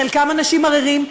חלקם אנשים עריריים,